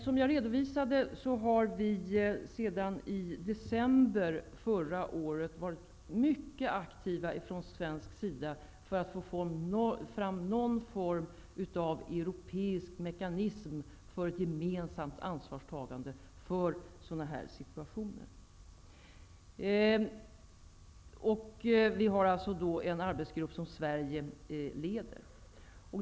Som jag redovisade har vi från svensk sida sedan december förra året varit mycket aktiva för att få fram någon form av europeisk mekanism för ett gemensamt ansvarstagande för sådana här situationer. Det finns alltså en arbetsgrupp som Sverige leder.